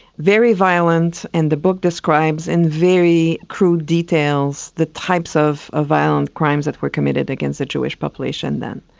very violent, and the book describes in very crude details the types of ah violent crimes that were committed against the jewish population then.